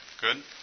good